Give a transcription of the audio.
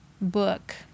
book